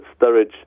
Sturridge